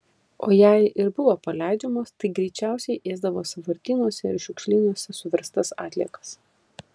o jei ir buvo paleidžiamos tai greičiausiai ėsdavo sąvartynuose ir šiukšlynuose suverstas atliekas